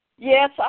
Yes